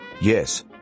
yes